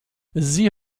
sie